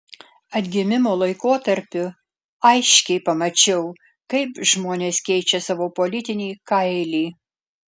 atgimimo laikotarpiu aiškiai pamačiau kaip žmonės keičia savo politinį kailį